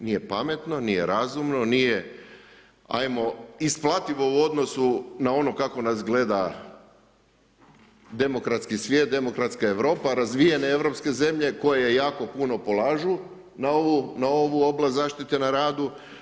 Nije pametno, nije razumno, nije hajmo isplativo u odnosu na ono kako nas gleda demokratski svijet, demokratska Europa, razvijene europske zemlje koje jako puno polažu na ovu oblast zaštite na radu.